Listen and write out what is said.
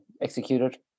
executed